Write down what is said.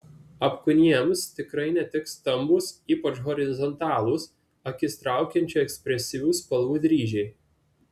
apkūniems tikrai netiks stambūs ypač horizontalūs akis traukiančių ekspresyvių spalvų dryžiai